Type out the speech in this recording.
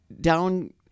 down